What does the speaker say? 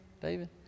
David